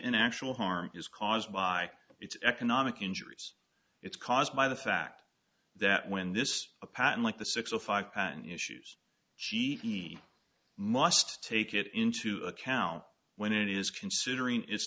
and actual harm is caused by its economic injuries it's caused by the fact that when this a pattern like the six zero five and issues she must take it into account when it is considering it